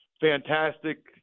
fantastic